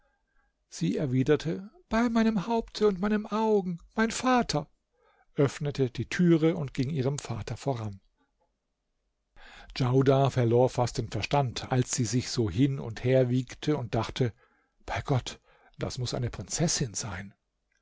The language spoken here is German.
sie erwiderte bei meinem haupte und meinen augen mein vater öffnete die türe und ging ihrem vater voran djaudar verlor fast den verstand als sie sich so hin und her wiegte und dachte bei gott das muß eine prinzessin sein